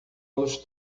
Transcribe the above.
los